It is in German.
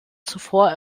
zuvor